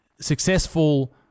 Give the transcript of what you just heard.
successful